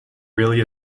really